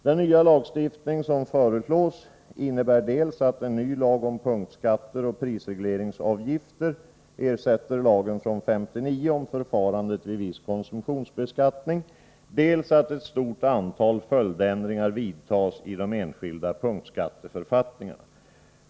Den nya lagstiftning som föreslås innebär dels att en ny lag om punktskatter och prisregleringsavgifter ersätter lagen från 1959 om förfarandet vid viss konsumtionsbeskattning, dels att ett stort antal följdändringar vidtas i de enskilda punktskatteförfattningarna.